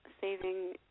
saving